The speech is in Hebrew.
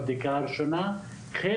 לא